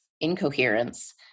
incoherence